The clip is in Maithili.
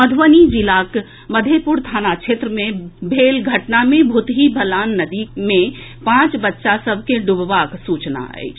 मधुबनी जिलाक मधेपुर थाना क्षेत्र मे भेल घटना मे भुतही बलान नदी मे पांच बच्चा सभ के डूबबाक सूचना अछि